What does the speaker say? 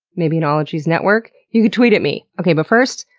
maybe an ologies network? you can tweet at me! okay, but first,